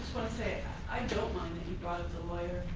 say i don't mind that he brought up the lawyer.